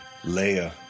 Leia